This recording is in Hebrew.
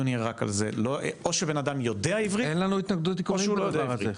או שבן יודע עברית, או שהוא לא יודע עברית.